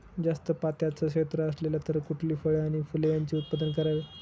जास्त पात्याचं क्षेत्र असेल तर कुठली फळे आणि फूले यांचे उत्पादन करावे?